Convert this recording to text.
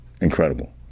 Incredible